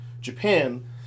Japan